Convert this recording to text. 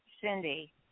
Cindy